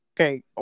Okay